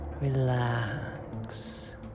Relax